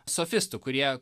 sofistų kurie